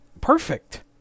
perfect